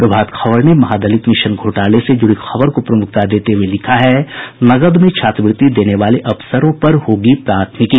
प्रभात खबर ने महादलित मिशन घोटाले से जुड़ी खबर को प्रमुखता देते हुये लिखा है नकद में छात्रवृत्ति देने वाले अफसरों पर होगी प्राथमिकी